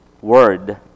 word